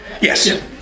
Yes